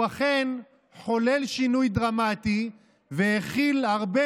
והוא אכן חולל שינוי דרמטי והכיל הרבה